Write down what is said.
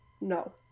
no